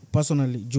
Personally